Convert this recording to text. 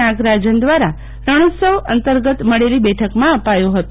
નાગરાજન દ્વારા રણોત્સવ અંતર્ગત મળેલી બેઠકમાં અપાયો ફતો